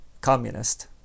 communist